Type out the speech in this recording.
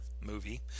movie